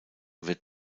wird